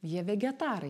jie vegetarai